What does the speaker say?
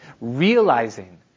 Realizing